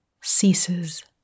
ceases